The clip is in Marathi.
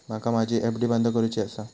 माका माझी एफ.डी बंद करुची आसा